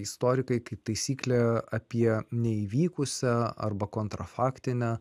istorikai kaip taisyklė apie neįvykusią arba kontr faktinę